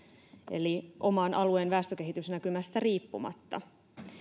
eli oman alueen väestökehitysnäkymästä riippumatta